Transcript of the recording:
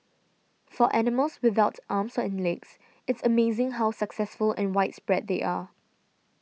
for animals without arms and legs it's amazing how successful and widespread they are